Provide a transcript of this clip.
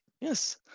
Yes